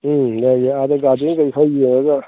ꯎꯝ ꯌꯥꯏ ꯌꯥꯏ ꯑꯥꯗ ꯒꯥꯔꯗꯦꯟ ꯀꯩ ꯈꯔ ꯌꯦꯡꯉꯒ